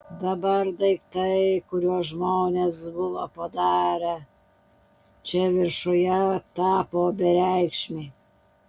dabar daiktai kuriuos žmonės buvo padarę čia viršuje tapo bereikšmiai